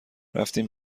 رفتیم